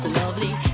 lovely